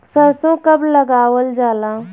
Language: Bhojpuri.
सरसो कब लगावल जाला?